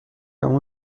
اون